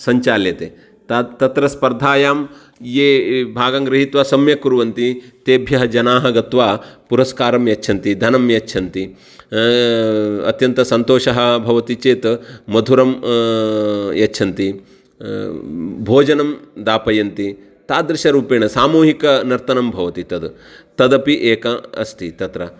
सञ्चाल्यते ते तत्र स्पर्धायां ये ये भागं गृहीत्वा सम्यक् कुर्वन्ति तेभ्यः जनाः गत्वा पुरस्कारं यच्च्छन्ति धनं यच्छन्ति अत्यन्तसंतोषः भवति चेत् मधुरं यच्छन्ति भोजनं दापयन्ति तादृशरूपेण सामूहिकनर्तनं भवति तद् तदपि एका अस्ति तत्र